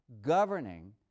governing